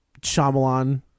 Shyamalan